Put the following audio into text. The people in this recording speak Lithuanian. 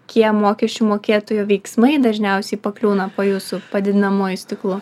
kie mokesčių mokėtojų veiksmai dažniausiai pakliūna po jūsų padidinamuoju stiklu